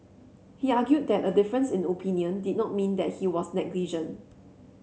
he argued that a difference in opinion did not mean that he was negligent